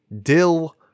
dill